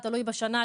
תלוי בשנה,